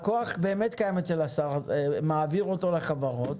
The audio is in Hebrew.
הכוח באמת קיים אצל השר, מעביר אותו לחברות.